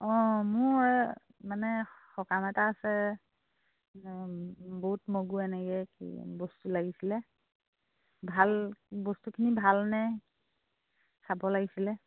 অঁ মোৰ মানে সকাম এটা আছে বুট মগু এনেকে কি বস্তু লাগিছিলে ভাল বস্তুখিনি ভালনে খাব লাগিছিলে